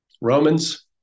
Romans